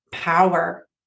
Power